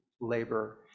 labor